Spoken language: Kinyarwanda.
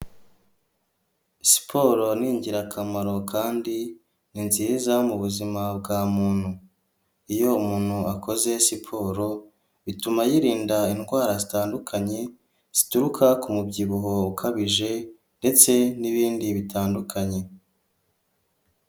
Siporo ni ingirakamaro kandi ni nziza mu buzima bwa muntu, iyo umuntu akoze siporo bituma yirinda indwara zitandukanye zituruka ku mubyibuho ukabije ndetse n'ibindi bitandukanye.